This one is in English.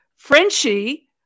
Frenchie